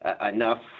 Enough